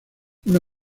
una